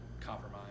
compromise